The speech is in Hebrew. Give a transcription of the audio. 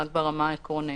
רק ברמה העקרונית.